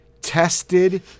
tested